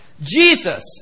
Jesus